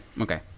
Okay